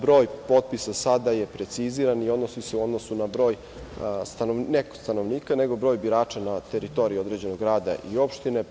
Broj potpisa sada je preciziran i odnosi se u odnosu na broj birača na teritoriji određenog grada ili opštine.